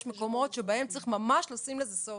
יש מקומות שבהם צריך ממש לשים לזה סוף.